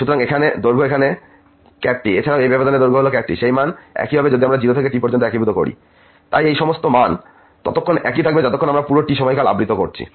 সুতরাং এখানে দৈর্ঘ্য এখানে T এছাড়াও এই ব্যবধানের দৈর্ঘ্য হল T এবং সেই মান একই হবে যদি আমরা 0 থেকে Tপর্যন্ত একীভূত করি তাই এই সমস্ত মান ততক্ষণ একই থাকবে যতক্ষণ আমরা পুরো T সময়কাল আবৃত করছি